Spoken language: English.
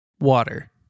Water